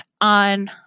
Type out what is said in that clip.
on